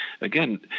again